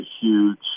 huge